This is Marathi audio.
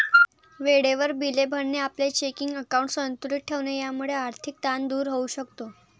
वेळेवर बिले भरणे, आपले चेकिंग अकाउंट संतुलित ठेवणे यामुळे आर्थिक ताण दूर होऊ शकतो